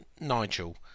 Nigel